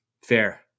fair